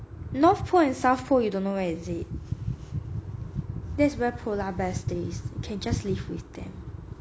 north pole and south pole you don't know where is it thats where polar bear stays you can just live with them